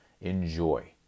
Enjoy